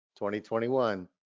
2021